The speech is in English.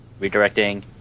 Redirecting